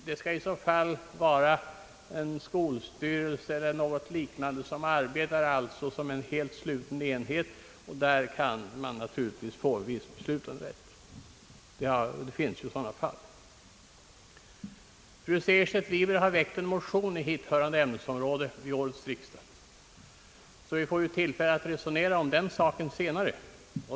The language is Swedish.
Det skall i så fall gälla en nordisk skolstyrelse eller något liknande som arbe tar som en helt sluten enhet. Där kan man naturligtvis få en viss beslutanderätt. Det finns sådana fall. Fru Segerstedt Wiberg har väckt en motion i hithörande ämne, så vi får tillfälle att resonera om saken senare.